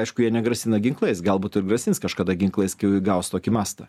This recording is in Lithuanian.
aišku jie negrasina ginklais galbūt ir grasins kažkada ginklais kai įgaus tokį mastą